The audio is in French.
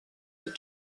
les